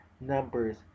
numbers